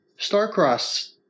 Starcross